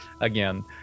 again